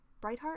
Brightheart